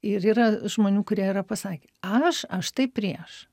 ir yra žmonių kurie yra pasakęs aš aš tai prieš